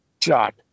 shot